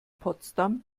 potsdam